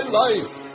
life